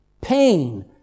pain